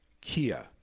Kia